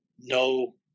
no